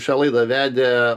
šią laidą vedė